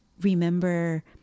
Remember